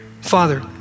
Father